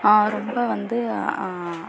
ரொம்ப வந்து